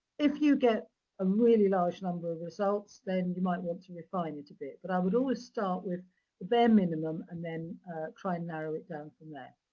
if you get a really large number of results, then you might want to refine it a bit. but i would always start with the bare minimum and then try and narrow it down from there.